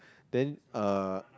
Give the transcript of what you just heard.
then uh